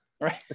right